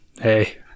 Hey